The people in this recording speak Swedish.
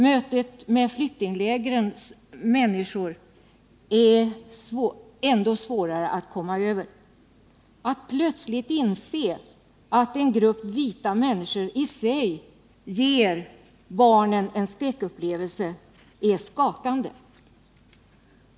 Mötet med flyktinglägrens människor är ännu svårare att komma över. Att plötsligt inse att en grupp vita människor ger barnen en skräckupplevelse är skakande.